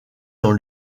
dans